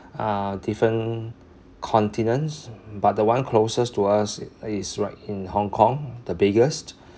uh different continents but the one closest to us is right in Hong-Kong the biggest